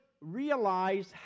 realize